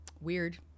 Weird